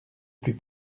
plus